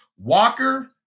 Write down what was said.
Walker